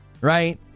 right